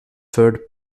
third